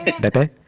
Bebe